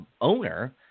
owner